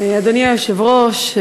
אדוני היושב-ראש,